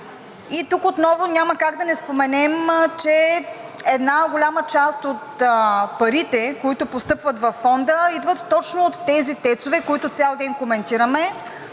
и тук отново няма как да не споменем, че една голяма част от парите, които постъпват във Фонда, идват точно от тези ТЕЦ-ове, които цял ден коментираме